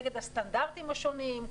נגד הסטנדרטים השונים.